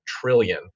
trillion